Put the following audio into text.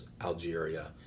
Algeria